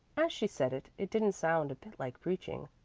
as she said it, it didn't sound a bit like preaching.